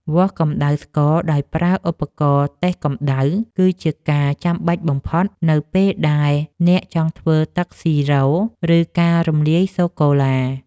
វាស់កម្ដៅស្ករដោយប្រើឧបករណ៍តេស្តកម្ដៅ គឺជាការចាំបាច់បំផុតនៅពេលដែលអ្នកចង់ធ្វើទឹកស៊ីរ៉ូ ឬការរំលាយសូកូឡា។